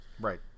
right